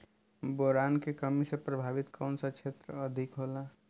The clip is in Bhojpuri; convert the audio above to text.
बोरान के कमी से प्रभावित कौन सा क्षेत्र अधिक होला?